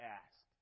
ask